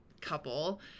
couple